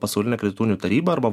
pasaulinė kredito unijų taryba arba